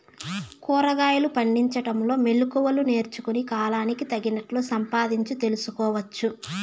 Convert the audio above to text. కూరగాయలు పండించడంలో మెళకువలు నేర్చుకుని, కాలానికి తగినట్లు సంపాదించు తెలుసుకోవచ్చు